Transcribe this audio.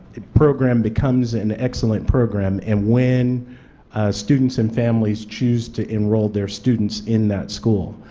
program becomes and an excellent program, and when students and families choose to enroll their students in that school.